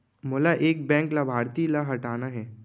मोला एक बैंक लाभार्थी ल हटाना हे?